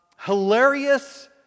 hilarious